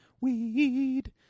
Weed